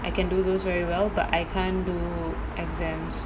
I can do those very well but I can't do exams